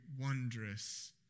wondrous